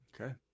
Okay